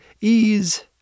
ease